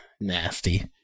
nasty